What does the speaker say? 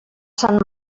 sant